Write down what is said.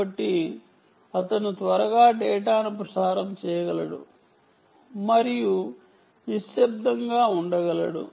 కాబట్టి అతను త్వరగా డేటాను ప్రసారం చేయగలడు మరియు నిశ్శబ్దంగా ఉండగలడు